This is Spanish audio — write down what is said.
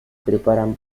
preparan